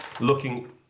Looking